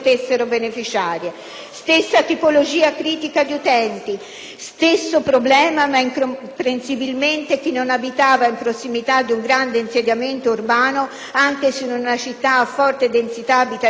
Stessa tipologia critica d'utenti, stesso problema, ma incomprensibilmente chi non abitava in prossimità di un grande insediamento urbano - anche se in una città a forte densità abitativa - veniva escluso.